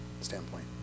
standpoint